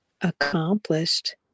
accomplished